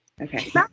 Okay